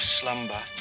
slumber